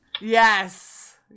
Yes